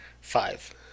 Five